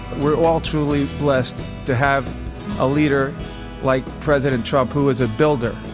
we're all truly blessed to have a leader like president trump who is a builder.